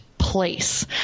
place